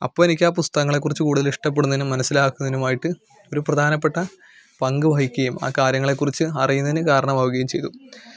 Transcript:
അപ്പോൾ എനിക്ക് ആ പുസ്തകങ്ങളെ ക്കുറിച്ച് കൂടുതലിഷ്ടപ്പെടുന്നതിനും മനസിലാക്കുന്നതിനുമായിട്ടു ഒരു പ്രധാനപ്പെട്ട പങ്ക് വഹിക്കുകയും ആ കാര്യങ്ങളെ കുറിച്ച് അറിയുന്നതിന് കാരണമാവുകയും ചെയ്തു